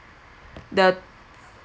the